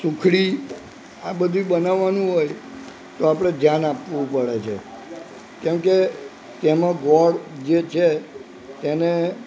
સુખડી આ બધું બનાવવાનું હોય તો આપણે ધ્યાન આપવું પડે છે કેમ કે તેમાં ગોળ જે છે એને